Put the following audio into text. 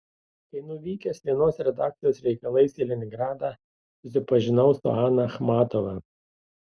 kai nuvykęs vienos redakcijos reikalais į leningradą susipažinau su ana achmatova